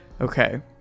Okay